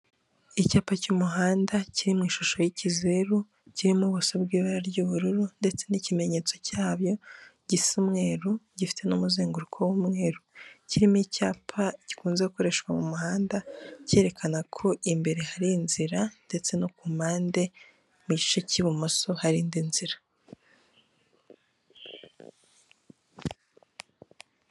Icyapa cy'umuhanda kiri mu ishusho y'ikizeru kirimo ubuso bw'ibara ry'ubururu ndetse n'ikimenyetso cyabyo gisa umweruru gifite n'umuzenguruko w'umweru kirimo icyapa gikunze gukoreshwa mu muhanda cyerekana ko imbere hari inzira ndetse no ku mpande mu gice cy'ibumoso hari indi nzira.